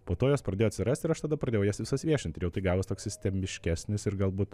po to jos pradėjo atsirast ir aš tada pradėjau jas visas viešint ir jau tai gavos toks sistemiškesnis ir galbūt